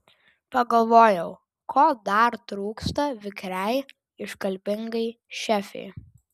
pagalvojau ko dar trūksta vikriai iškalbingai šefei